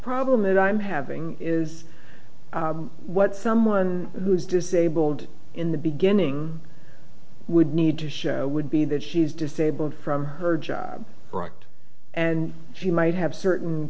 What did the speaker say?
problem that i'm having is what someone who is disabled in the beginning would need to show would be that he's disabled from her job and she might have certain